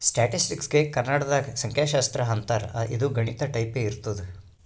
ಸ್ಟ್ಯಾಟಿಸ್ಟಿಕ್ಸ್ಗ ಕನ್ನಡ ನಾಗ್ ಸಂಖ್ಯಾಶಾಸ್ತ್ರ ಅಂತಾರ್ ಇದು ಗಣಿತ ಟೈಪೆ ಇರ್ತುದ್